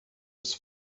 was